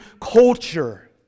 culture